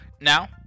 Now